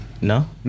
No